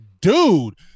dude